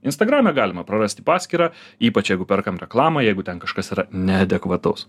instagrame galima prarasti paskyrą ypač jeigu perkam reklamą jeigu ten kažkas yra neadekvataus